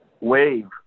wave